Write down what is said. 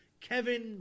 Kevin